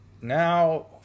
Now